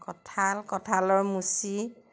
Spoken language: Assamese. কঁঠাল কঁঠালৰ মুচি